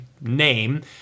name